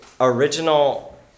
original